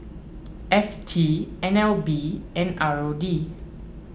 F T N L B and R O D